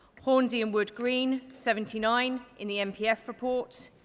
hornsey and wood green, seventy nine in the npf report.